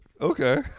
Okay